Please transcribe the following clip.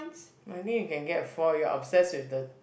I mean you can get for your upstairs with the